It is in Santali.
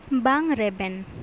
ᱵᱟᱝ ᱨᱮᱵᱮᱱ